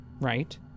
right